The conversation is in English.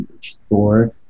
Store